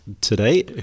today